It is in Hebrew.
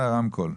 התשובה?